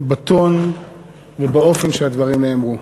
בטון ובאופן שהדברים נאמרו.